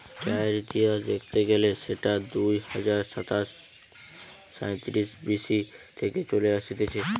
চায়ের ইতিহাস দেখতে গেলে সেটা দুই হাজার সাতশ সাইতিরিশ বি.সি থেকে চলে আসতিছে